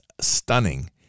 stunning